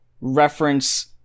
reference